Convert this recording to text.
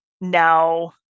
now